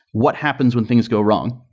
what happens when things go wrong?